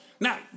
Now